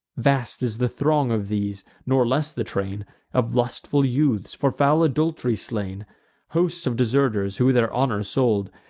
vast is the throng of these nor less the train of lustful youths, for foul adult'ry slain hosts of deserters, who their honor sold,